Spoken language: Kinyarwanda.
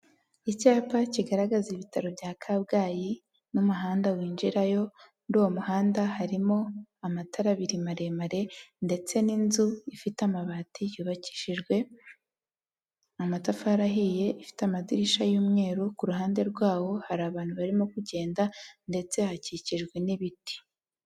Icyapa kigaragaza ibitaro bya Kabgayi n'umuhanda winjirayo muri uwo muhanda harimo amatara abiri maremare ndetse n'inzu ifite amabati yubakishijwe amatafari ahiye, ifite amadirishya y'umweru ku ruhande rwawo hari abantu barimo kugenda ndetse hakikijwe n'ibiti.